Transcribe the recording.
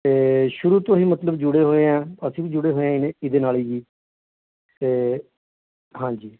ਅਤੇ ਸ਼ੁਰੂ ਤੋਂ ਹੀ ਮਤਲਬ ਜੁੜੇ ਹੋਏ ਹਾਂ ਅਸੀਂ ਵੀ ਜੁੜੇ ਹੋਏ ਨੇ ਇਹਦੇ ਨਾਲ ਹੀ ਜੀ ਅਤੇ ਹਾਂਜੀ